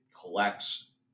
collects